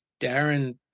darren